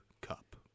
Cup